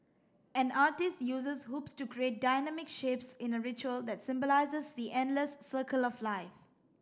an artiste uses hoops to create dynamic shapes in a ritual that symbolises the endless circle of life